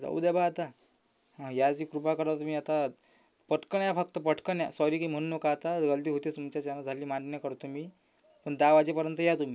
जाऊ द्या बा आता हां यायची कृपा करा तुम्ही आता पटकन या फक्त पटकन या सॉरी गी म्हणू नका आता गलती होते तुमच्याच्यानं झाली मान्य करतो मी पण दहा वाजेपर्यंत या तुम्ही